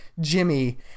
Jimmy